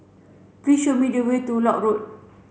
please show me the way to Lock Road